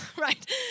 right